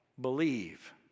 Believe